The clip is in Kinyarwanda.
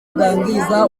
bwangiza